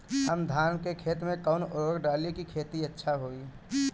हम धान के खेत में कवन उर्वरक डाली कि खेती अच्छा होई?